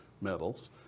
metals